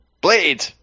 Blade